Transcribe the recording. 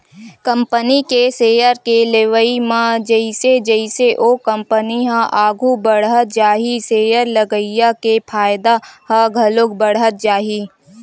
company के share के लेवई म जइसे जइसे ओ कंपनी ह आघू बड़हत जाही सेयर लगइया के फायदा ह घलो बड़हत जाही